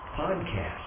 podcast